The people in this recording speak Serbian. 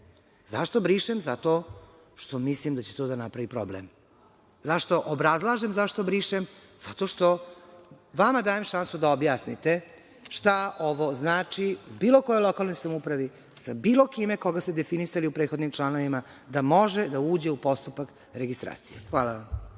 Zašto brišem? Zato što mislim da će to da napravi problem. Zašto obrazlažem zašto brišem? Zato što vama dajem šansu da objasnite šta ovo znači bilo kojoj lokalnoj samoupravi sa bilo kime koga smo definisali u prethodnim članovima da može da uđe u postupak registracije. Hvala.